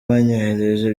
banyohereje